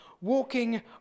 walking